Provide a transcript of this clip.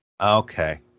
okay